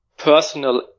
personal